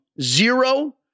zero